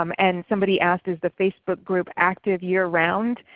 um and somebody asked is the facebook group active year round?